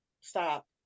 stop